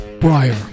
Briar